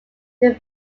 they